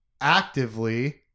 Actively